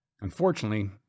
Unfortunately